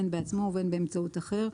בין בעצמו ובין באמצעות אחר,